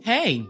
Hey